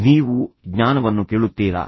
ನೀವು ಜ್ಞಾನವನ್ನು ಕೇಳುತ್ತೀರಾ